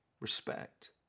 respect